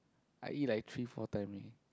I eat like three four time eh